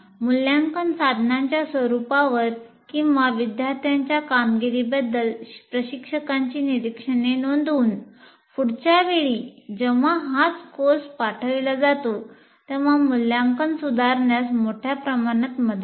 मूल्यांकन साधनांच्या स्वरूपावर किंवा विद्यार्थ्यांच्या कामगिरीबद्दल प्रशिक्षकाची निरीक्षणे नोंदवून पुढच्या वेळी जेव्हा हाच कोर्स पाठविला जातो तेव्हा मूल्यांकन सुधारण्यास मोठ्या प्रमाणात मदत होते